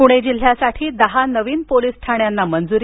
पुणे जिल्ह्यासाठी दहा नवीन पोलिस ठाण्यांना मंजूरी